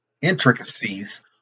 intricacies